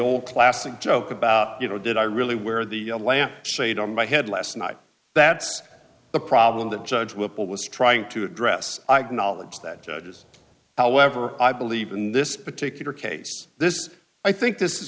old classic joke about you know did i really wear the lamp shade on my head last night that's the problem that judge whipple was trying to address i've knowledge that judges however i believe in this particular case this i think this is